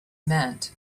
meant